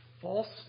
False